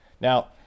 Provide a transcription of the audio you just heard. now